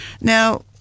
Now